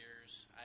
years